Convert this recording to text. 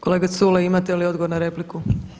Kolega Culej imate li odgovor na repliku?